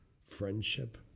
friendship